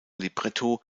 libretto